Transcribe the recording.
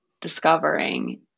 discovering